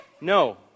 No